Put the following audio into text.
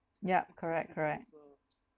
yup correct correct